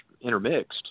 intermixed